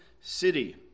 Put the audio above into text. city